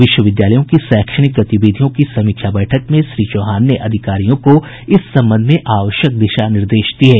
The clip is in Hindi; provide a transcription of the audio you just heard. विश्वविद्यालयों की शैक्षणिक गतिविधियों की समीक्षा बैठक में श्री चौहान ने अधिकारियों को इस संबंध में आवश्यक दिशा निर्देश दिये